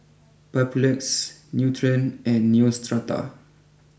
Papulex Nutren and Neostrata